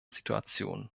situation